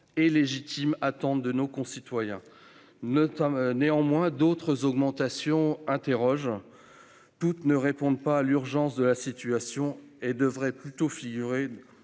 et légitime attente de nos concitoyens. Néanmoins, d'autres augmentations interrogent. Toutes ne répondent pas à une urgence, et devraient plutôt être